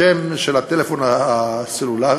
השם של הטלפון הסלולרי,